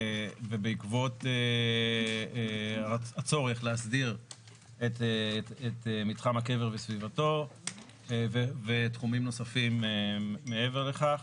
בעקבות הצורך להסדיר את מתחם הקבר וסביבתו ותחומים נוספים מעבר לכך,